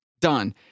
done